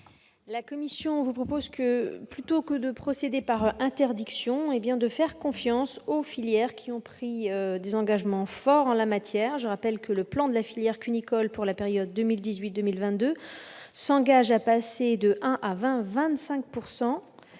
La commission propose, plutôt que de procéder par interdiction, de faire confiance aux filières, qui ont pris des engagements forts en la matière. Je le rappelle, le plan de la filière cunicole pour la période 2018-2022 s'engage à faire passer de 1 % à une